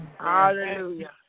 Hallelujah